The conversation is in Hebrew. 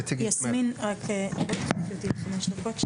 יסמין רק בואי תחליפי אותי לחמש דקות.